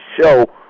show